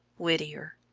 whittier.